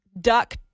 duck